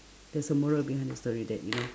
there's a moral behind the story that you know